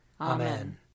Amen